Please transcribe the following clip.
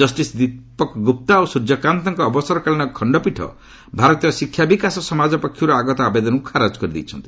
justice Dipak Gupta ଓ ସ୍ୱର୍ଯ୍ୟ କାନ୍ତ୍କ ଅବସରକାଳୀନ ଖଖପୀଠ ଭାରତୀୟ ଶିକ୍ଷା ବିକାଶ ସମାଜ ପକ୍ଷର୍ତ ଆଗତ ଆବେଦନକୁ ଖାରଜ କରିଦେଇଛନ୍ତି